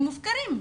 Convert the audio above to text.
הם מופקרים.